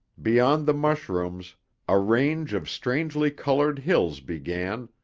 beyond the mushrooms a range of strangely colored hills began,